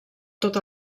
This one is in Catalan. tot